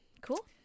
cool